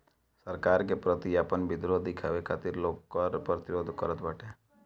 सरकार के प्रति आपन विद्रोह दिखावे खातिर लोग कर प्रतिरोध करत बाटे